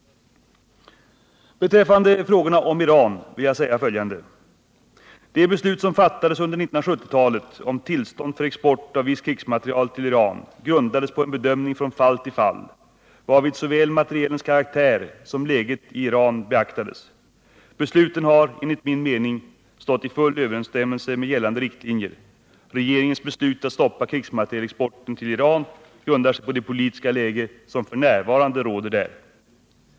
Beträffande frågorna om Iran vill jag säga följande: De beslut som fattades under 1970-talet om tillstånd för export av viss krigsmateriel till Iran grundades på en bedömning från fall till fall, varvid såväl materielens karaktär som läget i Iran beaktades. Besluten har, enligt min mening, stått i full överensstämmelse med gällande riktlinjer. Regeringens beslut att stoppa krigsmaterielexporten till Iran grundar sig på det politiska läge som f. n. råder där.